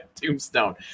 tombstone